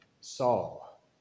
Saul